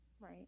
Right